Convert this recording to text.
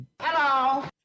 Hello